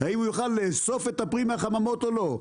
אם הוא יוכל לאסוף את הפרי מהחממות או לא.